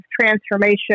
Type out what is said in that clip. transformation